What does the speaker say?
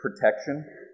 protection